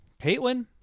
Caitlin